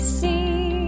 see